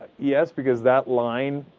yes because that line